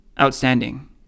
outstanding